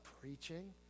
preaching